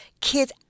Kids